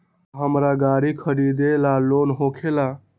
का हमरा गारी खरीदेला लोन होकेला?